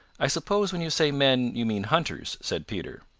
i suppose when you say men, you mean hunters, said peter.